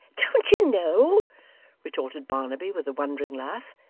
don't you know retorted barnaby, with a wondering laugh.